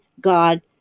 God